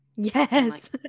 Yes